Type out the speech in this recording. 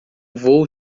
vou